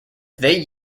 they